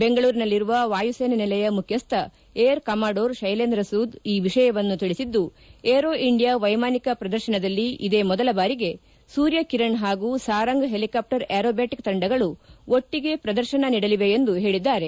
ಬೆಂಗಳೂರಿನಲ್ಲಿರುವ ವಾಯುಸೇನೆ ನೆಲೆಯ ಮುಖ್ಯಸ್ಟ ಏರ್ ಕಮಾಡೋರ್ ಶೈಲೇಂದ್ರ ಸೂದ್ ಈ ವಿಷಯವನ್ನು ತಿಳಿಸಿದ್ದು ಏರೋ ಇಂಡಿಯಾ ವೈಮಾನಿಕ ಪ್ರದರ್ತನದಲ್ಲಿ ಇದೇ ಮೊದಲ ಬಾರಿಗೆ ಸೂರ್ಯ ಕಿರಣ್ ಹಾಗೂ ಸಾರಂಗ್ ಹೆಲಿಕಾಪ್ಷರ್ ಏರೋಬ್ಬಾಟಿಕ್ ತಂಡಗಳು ಒಟ್ಟಿಗೆ ಪ್ರದರ್ಶನ ನೀಡಲಿವೆ ಎಂದು ಹೇಳಿದ್ದಾರೆ